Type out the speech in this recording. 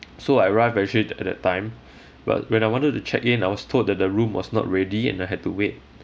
so I arrived actually at that time but when I wanted to check in I was told that the room was not ready and I had to wait